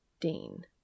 Dean